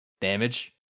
damage